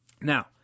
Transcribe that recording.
Now